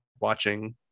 watching